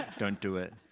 don't do it,